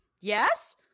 Yes